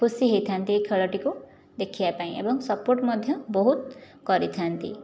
ଖୁସି ହୋଇଥାନ୍ତି ଏଇ ଖେଳଟିକୁ ଦେଖିବାପାଇଁ ଏବଂ ସର୍ପୋଟ ମଧ୍ୟ ବହୁତ କରିଥାନ୍ତି